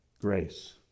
grace